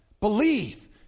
Believe